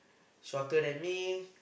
shorter than me